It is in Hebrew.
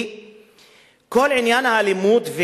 כי כל עניין האלימות,